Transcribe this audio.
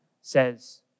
says